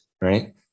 right